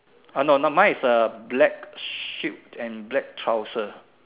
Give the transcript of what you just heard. ah no no mine is uh black suit and black trouser